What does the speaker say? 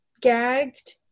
gagged